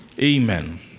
Amen